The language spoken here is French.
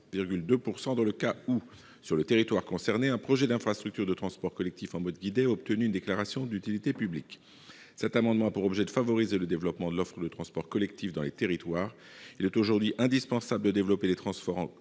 % dans le cas où, sur le territoire concerné, un projet d'infrastructures de transport collectif en mode guidé a obtenu une déclaration d'utilité publique. Cet amendement a pour objet de favoriser le développement de l'offre de transports collectifs dans les territoires. Il est aujourd'hui indispensable de développer les transports